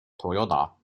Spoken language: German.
toyota